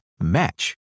match